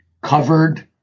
covered